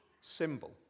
symbol